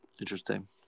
Interesting